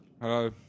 Hello